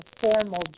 formal